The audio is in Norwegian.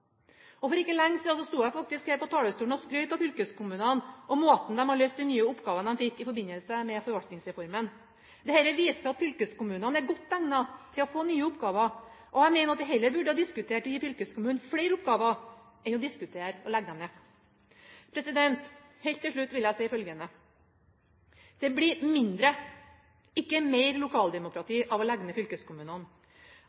regionalt. For ikke lenge siden stod jeg faktisk på denne talerstolen og skrøt av fylkeskommunene for måten de har løst de nye oppgavene de fikk i forbindelse med forvaltningsreformen på. Dette viser at fylkeskommunene er godt egnet til å få nye oppgaver. Jeg mener at vi heller burde diskutere å gi fylkeskommunene flere oppgaver enn å diskutere å legge dem ned. Helt til slutt vil jeg si følgende: Det blir mindre, ikke mer lokaldemokrati